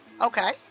Okay